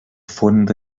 fonda